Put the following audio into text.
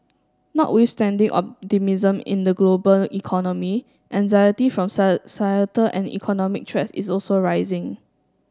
notwithstanding optimism in the global economy anxiety from and economic threats is also rising